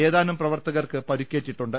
ഏതാനും പ്രവർത്തകർക്ക് പരുക്കേറ്റിട്ടുണ്ട്